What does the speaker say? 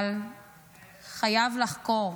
אבל חייבים לחקור,